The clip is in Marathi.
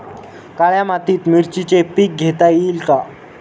काळ्या मातीत मिरचीचे पीक घेता येईल का?